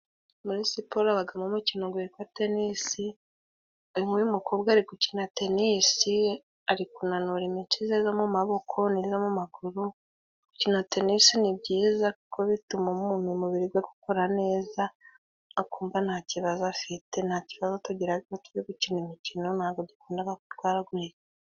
Muri siporo habagamo umukino witwa tenisi. Nk'uyu mukobwa ari gukina tenisi ari kunanura imitsi ze zo mu maboko n'izo mu maguru. Gukina tenisi ni byiza kuko bituma umuntu umubiri we gukora neza, akumva nta kibazo afite, nta kibazo tugira iyo turi gukina ugo mukino, ntabwo dukunda kurwaragurika.